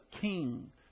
king